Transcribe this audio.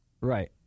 Right